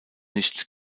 nicht